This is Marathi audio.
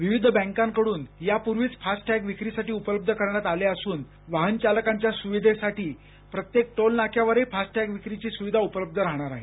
विविध बँकांकडून यापूर्वीच फास्ट टॅग विक्रीसाठी उपलब्ध करण्यात आले असून वाहनचालकांच्या सुविधेसाठी प्रत्येक टोल नाक्यावरही फास्ट टॅग विक्रीची सुविधा उपलब्ध राहणार आहे